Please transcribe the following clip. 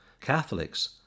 Catholics